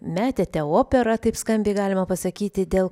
metėte operaą taip skambiai galima pasakyti dėl